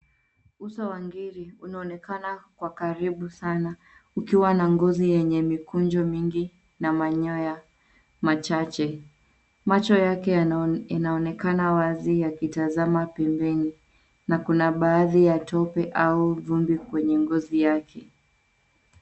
Uso wa ngiri unaonekana kwa karibu sana ukiwa na ngozi yenye mikunjo mingi na manyoya machache. Macho yake yanaonekana wazi yakitazama pembeni, na kuna baadhi ya tope au vumbi kwenye ngozi yake.